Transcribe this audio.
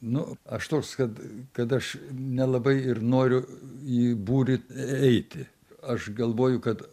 nu aš toks kad kad aš nelabai ir noriu į būrį eiti aš galvoju kad